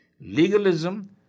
Legalism